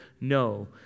No